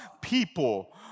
people